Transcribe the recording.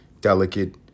delicate